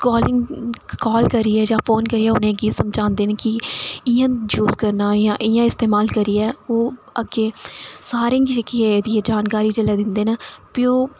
call करियै जां phone करियै उ'नेंगी समझांदे न कि इं'या यीज़ करना जां इं'या इस्तेमाल करना ओह् जेल्लै सारेंगी एह्दी जानकारी दिंदे न ओह्